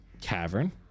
cavern